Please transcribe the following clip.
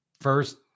first